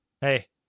Hey